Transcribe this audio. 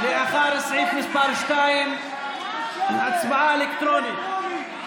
לאחר סעיף מס' 2, הצבעה אלקטרונית.